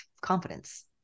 confidence